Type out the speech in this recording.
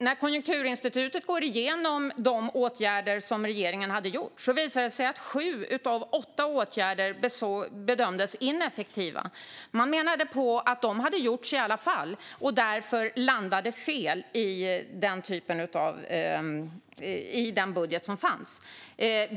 När Konjunkturinstitutet gick igenom de åtgärder som regeringen har vidtagit bedömdes sju av åtta åtgärder vara ineffektiva. Man menade att de hade gjorts i alla fall och att de därför landade fel i den budget som fanns.